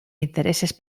intereses